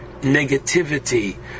negativity